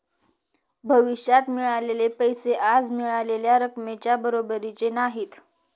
भविष्यात मिळालेले पैसे आज मिळालेल्या रकमेच्या बरोबरीचे नाहीत